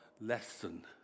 lesson